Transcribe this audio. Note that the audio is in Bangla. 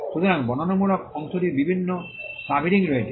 সুতরাং বর্ণনামূলক অংশটির বিভিন্ন সাবহেডিং রয়েছে